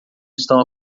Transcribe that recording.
estão